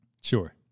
sure